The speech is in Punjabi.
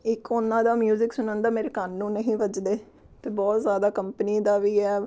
ਇੱਕ ਉਹਨਾਂ ਦਾ ਮਿਊਜ਼ਿਕ ਸੁਣਨ ਦਾ ਮੇਰੇ ਕੰਨ ਨੂੰ ਨਹੀਂ ਵੱਜਦੇ ਅਤੇ ਬਹੁਤ ਜ਼ਿਆਦਾ ਕੰਪਨੀ ਦਾ ਵੀ ਹੈ